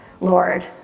Lord